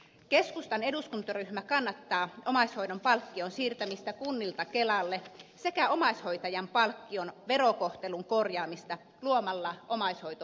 keskustan eduskuntaryhmä kannattaa omaishoidon palkkion siirtämistä kunnilta kelalle sekä omaishoitajan palkkion verokohtelun korjaamista luomalla omais hoitovähennys